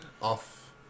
off